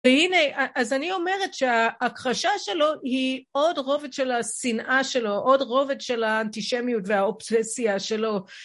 והנה, אז אני אומרת שההכחשה שלו היא עוד רובד של השנאה שלו, עוד רובד של האנטישמיות והאובססיה שלו.